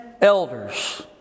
elders